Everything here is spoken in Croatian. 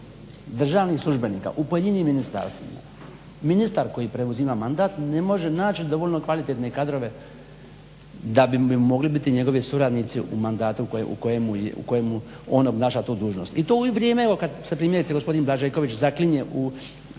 državnih službenika u pojedinim ministarstvima, ministar koji preuzima mandat, ne može naći dovoljno kvalitetne kadrove da bi mu mogli biti njegovi suradnici u mandatu u kojemu on obnaša tu dužnost. I tu u vrijeme kad se primjerice gospodin Blažeković zaklinje u